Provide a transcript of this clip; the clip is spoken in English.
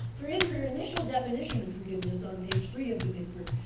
for in her initial definition of forgiveness on page three of the paper,